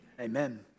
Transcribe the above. Amen